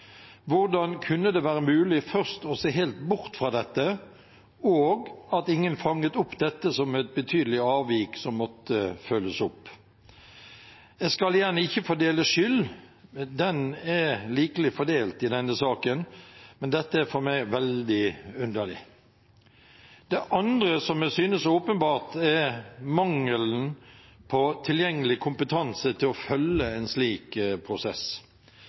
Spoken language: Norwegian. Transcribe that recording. Hvordan kunne det være mulig først å se helt bort fra dette, og at ingen fanget opp dette som et betydelig avvik som måtte følges opp? Jeg skal igjen ikke fordele skyld – den er likelig fordelt i denne saken – men dette er for meg veldig underlig. Det andre som jeg synes er åpenbart, er mangelen på tilgjengelig kompetanse til å følge en slik prosess.